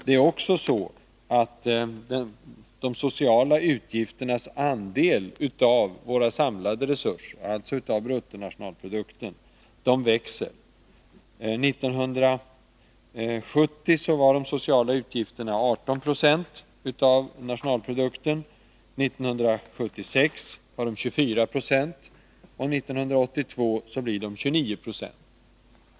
Det är också så att de sociala utgifternas del av våra samlade resurser, alltså av bruttonationalprodukten, växer. År 1970 var de sociala utgifterna 18 96 av nationalprodukten, 1976 var de 24 90 och 1982 blir de 29 90.